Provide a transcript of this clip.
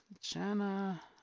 Jenna